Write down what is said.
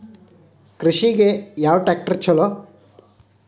ಕೃಷಿಗ ಯಾವ ಟ್ರ್ಯಾಕ್ಟರ್ ಛಲೋ?